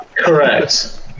Correct